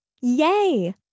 Yay